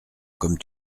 comme